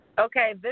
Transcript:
Okay